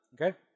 Okay